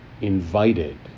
invited